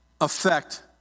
affect